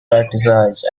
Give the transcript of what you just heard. practised